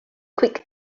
quick